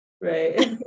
Right